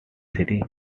three